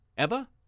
Eva